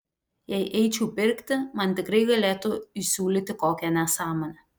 jei eičiau pirkti man tikrai galėtų įsiūlyti kokią nesąmonę